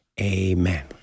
Amen